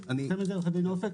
ששואלים אתנו למה סירבתם לשירות.